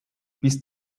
bis